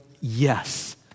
Yes